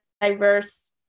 diverse